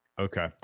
Okay